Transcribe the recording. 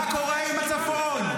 מה קורה עם הצפון?